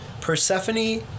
Persephone